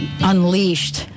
Unleashed